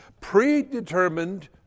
Predetermined